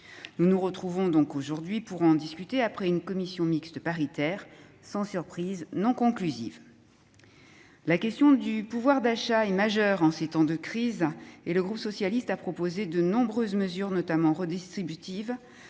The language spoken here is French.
Nous nous retrouvons donc aujourd'hui pour en discuter, après la réunion d'une commission mixte paritaire qui fut, sans surprise, non conclusive. La question du pouvoir d'achat est majeure en ces temps de crise. D'ailleurs, le groupe socialiste a proposé de nombreuses mesures redistributives